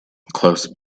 close